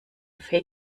fake